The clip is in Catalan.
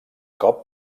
cop